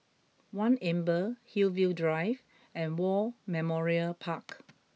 One Amber Hillview Drive and War Memorial Park